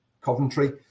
Coventry